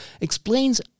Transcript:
explains